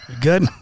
Good